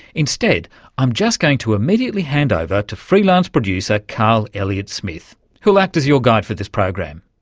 instead i'm just going to immediately hand over to free-lance producer carl elliott smith who'll act as your guide for this program.